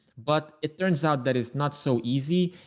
but it turns out that is not so easy.